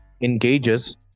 engages